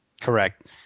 Correct